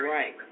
Right